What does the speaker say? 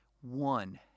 one